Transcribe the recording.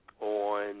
on